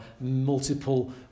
multiple